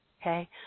Okay